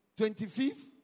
25th